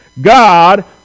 God